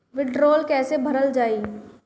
वीडरौल कैसे भरल जाइ?